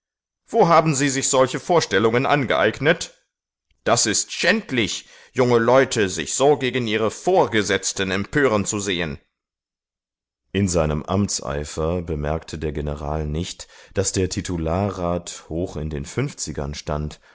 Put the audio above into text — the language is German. wo haben sie sich solche vorstellungen angeeignet das ist schändlich junge leute sich so gegen ihre vorgesetzten empören zu sehen in seinem amtseifer bemerkte der general nicht daß der titularrat hoch in den fünfzigern stand